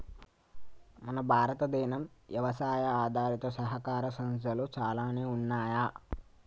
మన భారతదేనం యవసాయ ఆధారిత సహకార సంస్థలు చాలానే ఉన్నయ్యి